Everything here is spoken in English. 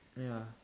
ya